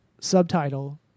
subtitle